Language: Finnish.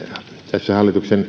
tässä hallituksen